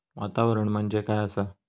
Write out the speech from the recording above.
वातावरण म्हणजे काय आसा?